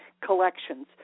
Collections